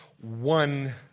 one